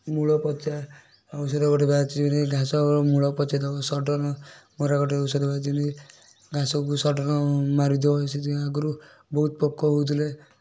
ମୂଳ ପଚା ଔଷଧ ଗୋଟେ ବାହାରିଛି ଯେମିତିକି ଘାସର ମୂଳ ପଚେଇଦେବ ସଡ଼ନ୍ ମରା ଗୋଟେ ଔଷଧ ବାହାରିଛି ଯେମତି ଘାସକୁ ସଡ଼ନ୍ ମାରିଦେବ ସେଇଥିପାଇଁ ଆଗରୁ ବହୁତ ପୋକ ହେଉଥିଲେ